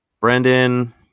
Brendan